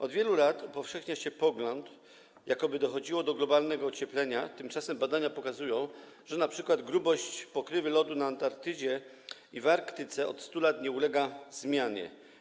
Od wielu lat upowszechnia się pogląd, jakoby dochodziło do globalnego ocieplenia, tymczasem badania pokazują, że np. grubość pokrywy lodu na Antarktydzie i w Arktyce od 100 lat nie ulega zmianie.